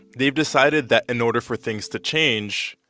they've decided that in order for things to change,